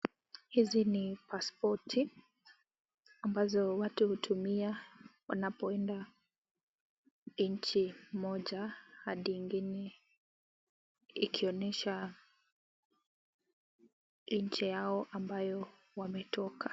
Hizi ni pasipoti ambazo watu hutumia wanapoenda nchi moja hadi nyingine, ikionyesha nchi yao ambayo wametoka.